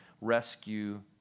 rescue